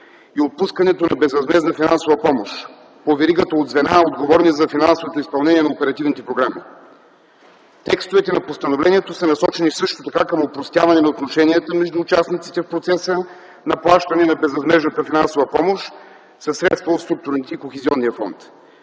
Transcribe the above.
и отпускането на безвъзмездна финансова помощ по веригата от звена, отговорни за финансовото изпълнение на оперативните програми. Текстовете на постановлението са насочени също така към опростяване на отношенията между участниците в процеса на плащане на безвъзмездната финансова помощ със средства от структурните и Кохезионния фонд,